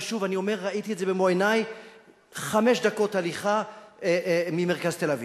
ושוב אני אומר: ראיתי את זה במו-עיני חמש דקות הליכה ממרכז תל-אביב.